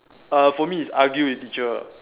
uh for me is argue with teacher